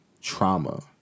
trauma